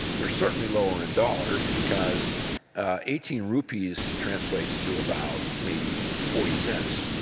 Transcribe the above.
they're certainly lower in dollars because eighteen rupees translates to about maybe forty cents,